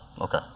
Okay